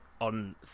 on